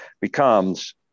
becomes